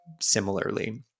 similarly